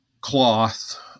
cloth